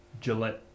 Gillette